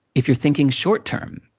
if you're thinking short term,